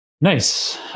Nice